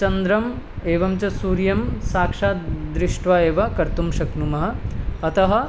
चन्द्रम् एवं च सूर्यं साक्षाद् दृष्ट्वा एव कर्तुं शक्नुमः अतः